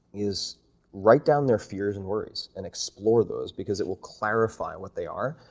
is write down their fears in words and explore those because it will clarify what they are.